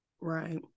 Right